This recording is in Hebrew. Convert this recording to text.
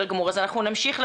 אנחנו נמשיך עם